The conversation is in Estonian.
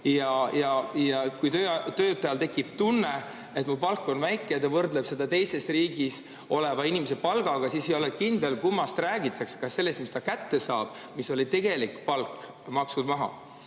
Kui töötajal tekib tunne, et ta palk on väike, ja ta võrdleb seda teises riigis oleva inimese palgaga, siis ei ole kindel, kummast räägitakse – kas sellest, mis ta kätte saab, või sellest, mis oli tegelik palk, kust